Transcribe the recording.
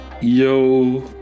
Yo